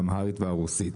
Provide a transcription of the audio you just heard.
האמהרית והרוסית".